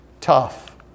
tough